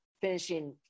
finishing